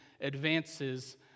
advances